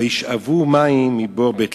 וישאבו מים מבאר בית-לחם".